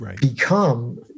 become